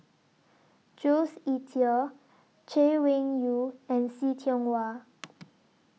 Jules Itier Chay Weng Yew and See Tiong Wah